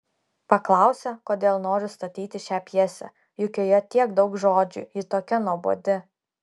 paklausė kodėl noriu statyti šią pjesę juk joje tiek daug žodžių ji tokia nuobodi